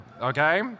Okay